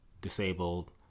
disabled